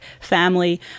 family